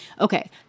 Okay